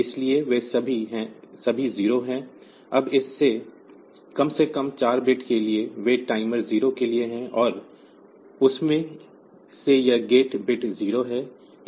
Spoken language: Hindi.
इसलिए वे सभी 0 हैं अब इस कम से कम 4 बिट्स के लिए वे टाइमर 0 के लिए हैं और उसमें से यह गेट बिट 0 है